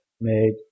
made